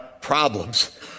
problems